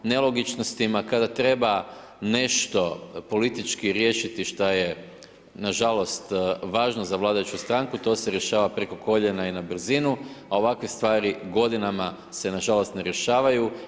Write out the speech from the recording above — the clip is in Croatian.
Nelogičnostima kada treba nešto politički riješiti šta je, nažalost, važno za vladajuću stranku, to se rješava preko koljena i na brzinu, a ovakve stvari godinama se, na žalost, ne rješavaju.